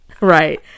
right